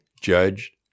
judged